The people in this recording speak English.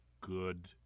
good